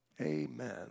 Amen